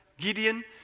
Gideon